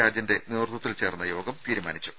രാജന്റെ നേതൃത്വത്തിൽ ചേർന്ന യോഗം തീരുമാനിച്ചു